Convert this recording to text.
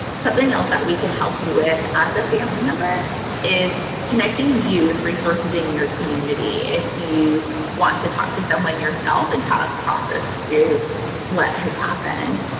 something else that we can help you with as a family member is connecting you with resources in your community, if you want to talk to someone yourself, and kind of process through what has happened.